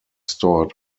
stored